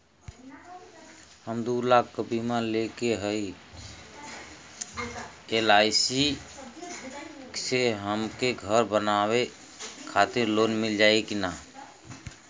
हम दूलाख क बीमा लेले हई एल.आई.सी से हमके घर बनवावे खातिर लोन मिल जाई कि ना?